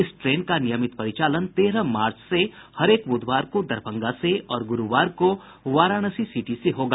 इस ट्रेन का नियमित परिचालन तेरह मार्च से हरेक बुधवार को दरभंगा से और गुरूवार को वाराणसी सिटी से होगा